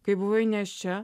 kai buvai nėščia